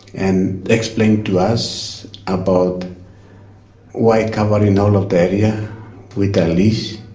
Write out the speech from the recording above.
and explain to us about why covering all of the area with the lease,